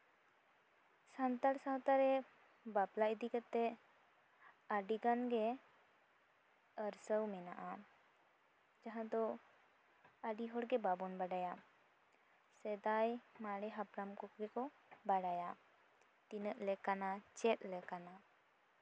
ᱥᱟᱱᱛᱟᱲ ᱥᱟᱶᱛᱟᱨᱮ ᱵᱟᱯᱞᱟ ᱤᱫᱤ ᱠᱟᱛᱮᱜ ᱟᱹᱰᱤᱜᱟᱱᱜᱮ ᱟᱹᱨᱥᱟᱹᱣ ᱢᱮᱱᱟᱜᱼᱟ ᱡᱟᱦᱟᱸ ᱫᱚ ᱟᱹᱰᱤ ᱦᱚᱲᱜᱮ ᱵᱟᱵᱚᱱ ᱵᱟᱲᱟᱭᱟ ᱥᱮᱫᱟᱭ ᱢᱟᱨᱮ ᱦᱟᱯᱲᱟᱢ ᱠᱚᱜᱮ ᱠᱚ ᱵᱟᱲᱟᱭᱟ ᱛᱤᱱᱟᱹᱜ ᱞᱮᱠᱟᱱᱟ ᱪᱮᱫ ᱞᱮᱠᱟᱱᱟ